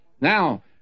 Now